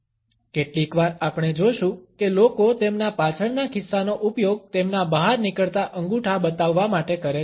કેટલીકવાર આપણે જોશું કે લોકો તેમના પાછળના ખિસ્સાનો ઉપયોગ તેમના બહાર નીકળતા અંગૂઠા બતાવવા માટે કરે છે